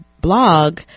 blog